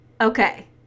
Okay